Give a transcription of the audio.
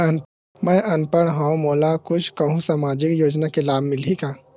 मैं अनपढ़ हाव मोला कुछ कहूं सामाजिक योजना के लाभ मिलही का?